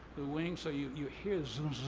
the wings, so you you hear zun,